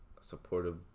supportive